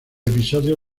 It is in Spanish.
episodio